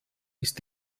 ist